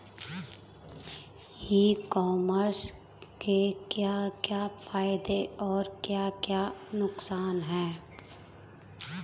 ई commerce के क्या क्या फायदे और क्या क्या नुकसान है?